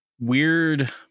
weird